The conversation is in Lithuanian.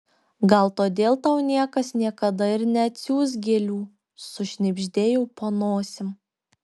gal todėl tau niekas niekada ir neatsiųs gėlių sušnibždėjau po nosim